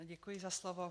Děkuji za slovo.